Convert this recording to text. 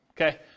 okay